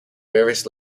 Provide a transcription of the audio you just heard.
various